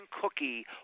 cookie